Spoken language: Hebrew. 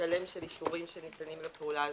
שלם של אישורים שניתנים לפעולה הזאת.